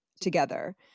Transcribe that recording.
together